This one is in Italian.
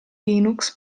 linux